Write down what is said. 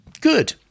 Good